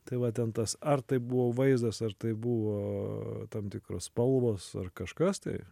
tai va ten tas ar tai buvo vaizdas ar tai buvo tam tikros spalvos ar kažkas tai